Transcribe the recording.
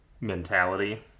mentality